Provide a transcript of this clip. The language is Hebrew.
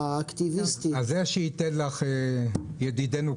זה שייתן לך ידידנו קריב.